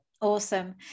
awesome